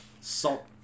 Salt